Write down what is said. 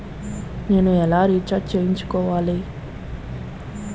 నేను ఎలా రీఛార్జ్ చేయించుకోవాలి?